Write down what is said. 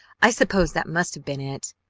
i suppose that must have been it.